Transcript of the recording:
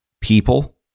people